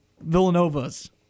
Villanova's